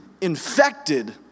infected